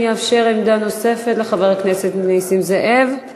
אני אאפשר עמדה נוספת לחבר הכנסת נסים זאב.